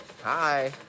Hi